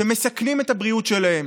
שמסכנים את הבריאות שלהם.